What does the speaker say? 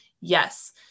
yes